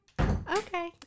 Okay